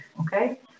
Okay